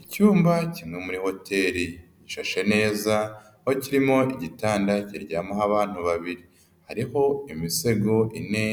Icyumba kimwe muri hoteli, gishashe neza aho kirimo igitanda kiryamaho abantu babiri .Hariho imisego ine